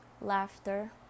Laughter